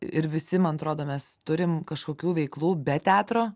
ir visi man atrodo mes turim kažkokių veiklų be teatro